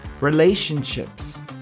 relationships